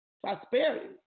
prosperity